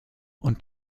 und